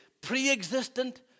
pre-existent